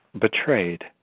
betrayed